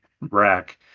rack